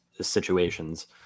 situations